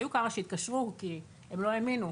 היו כמה שהתקשרו כי הם לא האמינו.